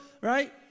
right